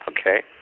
okay